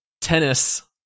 tennis